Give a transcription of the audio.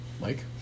Mike